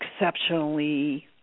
exceptionally